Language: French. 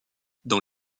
dans